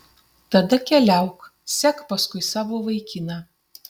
tada keliauk sek paskui savo vaikiną